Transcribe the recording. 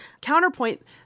counterpoint